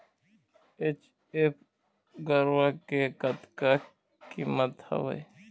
HF गरवा के कतका कीमत हवए?